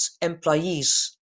employees